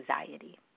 anxiety